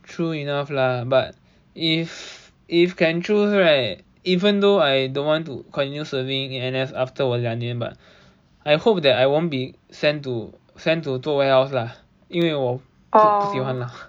true enough lah but if if can choose right even though I don't want to continue serving in N_S after 我两年 right I hope that I won't be sent to sent to 做 warehouse lah 因为我不喜欢啦